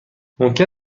ممکن